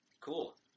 cool